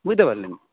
বুঝতে পারলেন